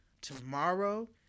tomorrow